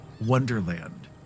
wonderland